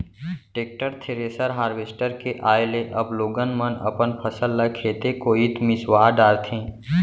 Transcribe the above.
tractor, thresher, harvester के आए ले अब लोगन मन अपन फसल ल खेते कोइत मिंसवा डारथें